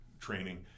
training